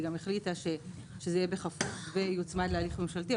היא גם החליטה שזה יהיה בכפוף ויוצמד להליך ממשלתי.